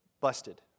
busted